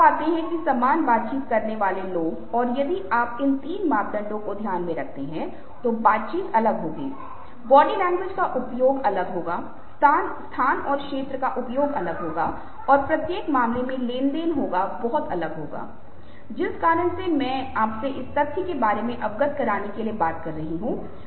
यह दुःख है जो यहाँ पर परिलक्षित हो रहा है यदि आप इसे बहुत ध्यान से देखते हैं लेकिन जैसा कि मैंने आपको वास्तविक अभ्यास में बताया कि कैसे कोई व्यक्ति भावनाओं का संचार कर रहा है वह कठिन है मैं इसके बारे में थोड़ी देर बाद बात करूंगा